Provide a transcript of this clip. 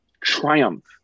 triumph